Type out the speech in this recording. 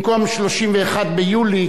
במקום 31 ביולי,